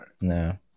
No